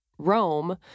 Rome